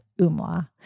Umla